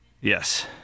Yes